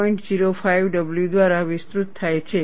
05 w દ્વારા વિસ્તૃત થાય છે